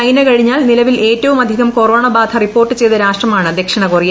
China കഴിഞ്ഞാൽ നിലവിൽ ഏറ്റവും അധികം കൊറോണ ബാധ റിപ്പോർട്ട് ചെയ്ത രാഷ്ട്രമാണ് ദക്ഷിണ കൊറിയ